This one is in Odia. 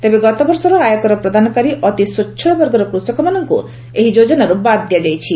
ତେବେ ଗତବର୍ଷର ଆୟକର ପ୍ରଦାନକାରୀ ଅତି ସ୍ୱଚ୍ଛଳ ବର୍ଗର କୃଷକମାନଙ୍କୁ ଏହି ଯୋଜନାରୁ ବାଦ ଦିଆଯାଇଛି